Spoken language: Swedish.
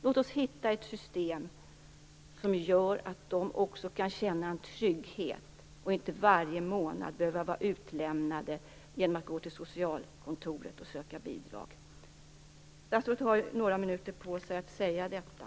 Låt oss hitta ett system som gör att de också kan känna en trygghet, så att de inte varje månad skall behöva vara hänvisade till att gå till socialkontoret för att söka bidrag. Statsrådet har nu några minuter på sig att säga detta.